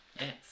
Yes